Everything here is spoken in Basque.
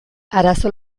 arazo